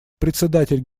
председатель